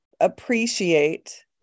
appreciate